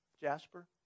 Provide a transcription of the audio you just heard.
Jasper